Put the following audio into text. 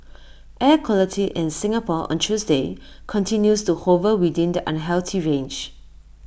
air quality in Singapore on Tuesday continues to hover within the unhealthy range